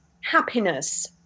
happiness